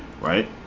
Right